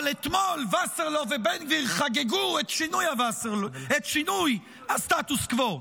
אבל אתמול וסרלאוף ובן גביר חגגו את שינוי הסטטוס קוו.